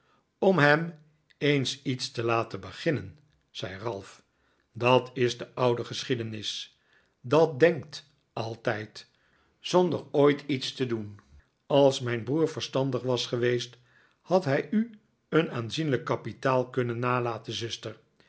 om hem eens iets te laten beginnen zei ralph dat is de oude geschiedenis dat denkt altijd zonder ooit iets te doen als mijn broer verstandig was geweest had hij u een aanzienlijk kapitaal kunnen nalaten zuster